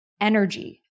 energy